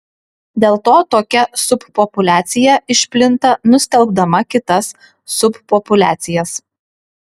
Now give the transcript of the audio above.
dėl to tokia subpopuliacija išplinta nustelbdama kitas subpopuliacijas